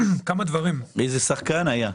איזה שחקן היה.